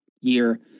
year